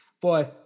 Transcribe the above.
Boy